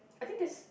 I think there's